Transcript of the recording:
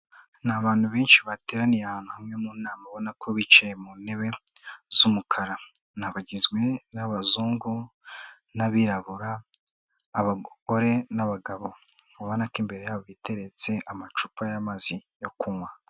Ni abantu benshi bateraniye ahantu hamwe mu nama ubona ko bicaye mu ntebe z'umukara. Ni abagizwe n'abazungu n'abirabura, abagore n'abagabo, ubona ko imbere yabo biteretse amacupa y'amazi yo kunywa.